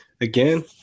again